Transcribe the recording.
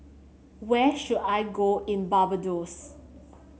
where should I go in Barbados